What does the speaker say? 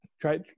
Try